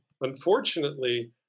Unfortunately